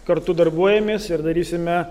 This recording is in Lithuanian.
kartu darbuojamės ir darysime